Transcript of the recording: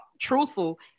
truthful